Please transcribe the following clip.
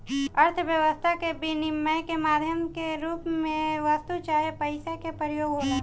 अर्थव्यस्था में बिनिमय के माध्यम के रूप में वस्तु चाहे पईसा के प्रयोग होला